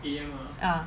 uh